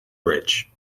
ridge